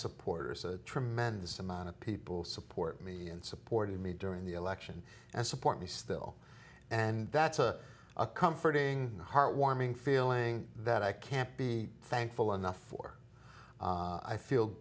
supporters a tremendous amount of people support me and supported me during the election and support me still and that's a a comforting heartwarming feeling that i can't be thankful enough for i feel